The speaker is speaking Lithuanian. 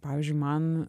pavyzdžiui man